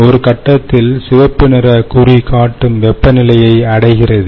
ஒரு கட்டத்தில் சிவப்பு நிற குறி காட்டும் வெப்பநிலையை அடைகிறது